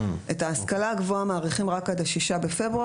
את ההשכלה הגבוהה מאריכים רק עד ה-6 בפברואר